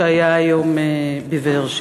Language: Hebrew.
שהיה היום בבאר-שבע.